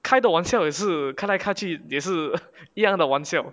开的玩笑也是看来看去也是一样的玩笑